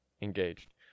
engaged